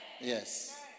Yes